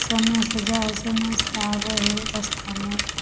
समयसँ जाइ हइ समयसँ आबै हइ रस्तामे